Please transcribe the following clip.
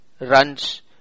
runs